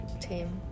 team